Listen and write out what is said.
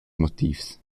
motivs